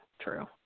true